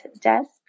desk